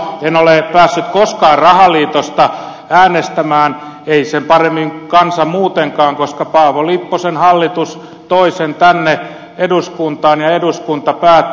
en ole päässyt koskaan rahaliitosta äänestämään ei sen paremmin kansa muutenkaan koska paavo lipposen hallitus toi sen tänne eduskuntaan ja eduskunta päätti